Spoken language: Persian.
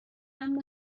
امن